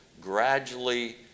gradually